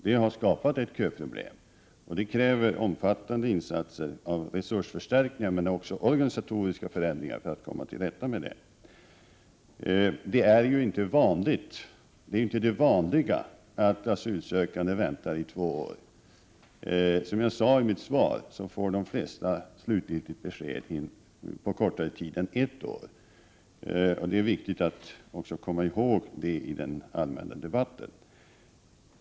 Det har skapat ett köproblem, och för att komma till rätta med det krävs omfattande resursförstärkningar men också omfattande organisatoriska förändringar. Det är inte det vanliga att asylsökande väntar i två år. Som jag sade i mitt svar får de flesta slutgiltigt besked på kortare tid än ett år. Det är viktigt att komma ihåg det i den allmänna debatten.